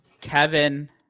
Kevin